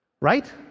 right